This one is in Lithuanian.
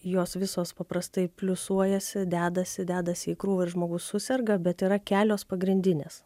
jos visos paprastai pliusuojasi dedasi dedasi į krūvą ir žmogus suserga bet yra kelios pagrindinės